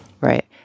Right